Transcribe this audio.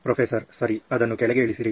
professor ಸರಿ ಅದನ್ನು ಕೆಳಗೆ ಇಳಿರಿಸಿ